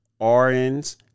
RNs